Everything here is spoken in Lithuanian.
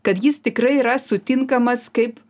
kad jis tikrai yra sutinkamas kaip